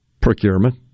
Procurement